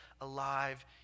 alive